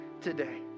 today